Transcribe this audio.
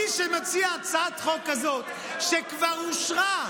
מי שמציע הצעת חוק כזאת, שכבר אושרה,